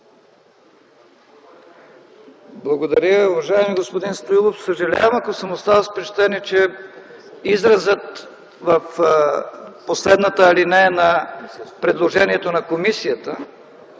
Благодаря. Уважаеми господин Стоилов, съжалявам, ако сте останал с впечатление, че изразът в последната алинея от предложението на комисията